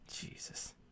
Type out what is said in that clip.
Jesus